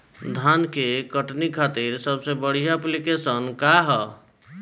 धान के कटनी खातिर सबसे बढ़िया ऐप्लिकेशनका ह?